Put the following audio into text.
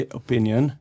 opinion